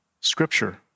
Scripture